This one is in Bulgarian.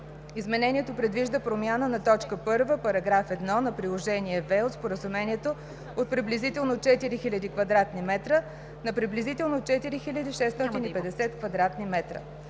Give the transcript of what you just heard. Изменението предвижда промяна на т. 1, параграф 1 на Приложение В от Споразумението от „приблизително 4000 кв. м.“ на „приблизително 4650 кв. м.“